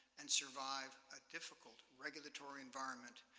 and survive ah difficult regulatory environment,